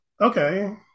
okay